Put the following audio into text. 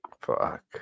fuck